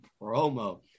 promo